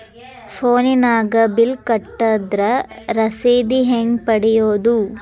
ಫೋನಿನಾಗ ಬಿಲ್ ಕಟ್ಟದ್ರ ರಶೇದಿ ಹೆಂಗ್ ಪಡೆಯೋದು?